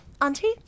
Auntie